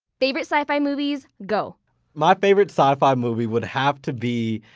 favorite sci-fi movie, go my favorite sci-fi movie would have to be,